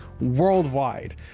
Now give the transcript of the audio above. worldwide